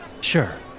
Sure